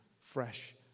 fresh